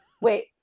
Wait